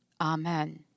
Amen